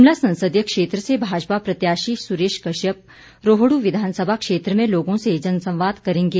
शिमला संसदीय क्षेत्र से भाजपा प्रत्याशी सुरेश कश्यप रोहडू विधानसभा क्षेत्र में लोगों से जनसंवाद करेंगे